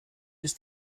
ist